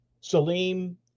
Salim